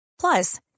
Plus